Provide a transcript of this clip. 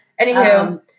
anywho